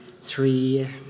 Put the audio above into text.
three